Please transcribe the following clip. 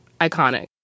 iconic